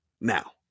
now